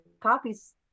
copies